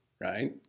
right